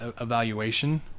evaluation